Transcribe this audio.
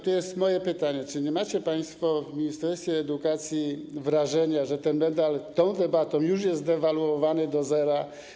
Tu moje pytanie: Czy nie macie państwo w ministerstwie edukacji wrażenia, że ten medal tą debatą jest już zdewaluowany do zera?